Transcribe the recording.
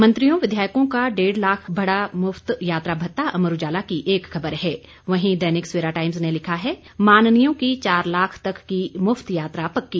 मंत्रियों विधायकों का डेढ़ लाख बढ़ा मुफत यात्रा भत्ता अमर उजाला की एक खबर है वहीं दैनिक सवेरा टाइम्स ने लिखा है माननीयों की चार लाख तक की मुफत यात्रा पक्की